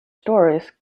stories